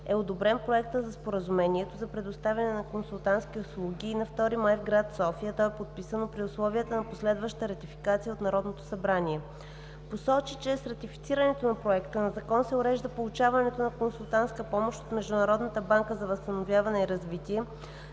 е одобрен Проектът за Споразумението за предоставяне на консултантски услуги и на 2 май 2017 г. в гр. София то е подписано при условията на последваща ратификация от Народното събрание. Той посочи, че с ратифицирането на Законопроекта се урежда получаването на консултантска помощ от Международната банка за възстановяване и развитие